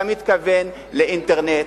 אתה מתכוון לאינטרנט,